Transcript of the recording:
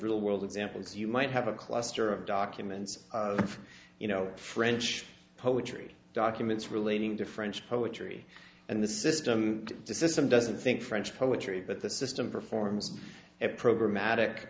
real world examples you might have a cluster of documents you know french poetry documents relating to french poetry and the system the system doesn't think french poetry but the system performs it program